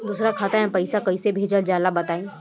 दोसरा खाता में पईसा कइसे भेजल जाला बताई?